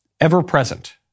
ever-present